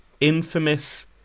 Infamous